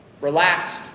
relaxed